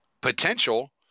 potential